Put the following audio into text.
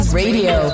radio